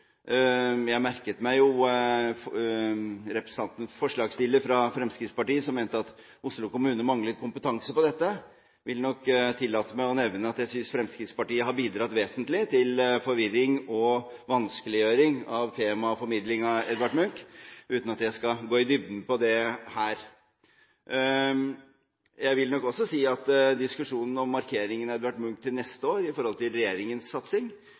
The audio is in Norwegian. Jeg merket meg at forslagsstilleren fra Fremskrittspartiet mente at Oslo kommune mangler kompetanse på dette. Jeg vil tillate meg å nevne at jeg synes at Fremskrittspartiet har bidratt vesentlig til forvirring og vanskeliggjøring av temaet formidling av Edvard Munch, uten at jeg skal gå i dybden på det her. Jeg vil også si at diskusjonen rundt neste års markering av Edvard Munch, med hensyn til regjeringens satsing,